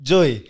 Joy